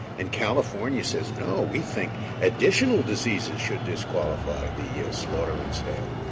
and california says no, we think additional diseases should disqualify the slaughter and sale,